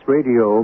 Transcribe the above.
Radio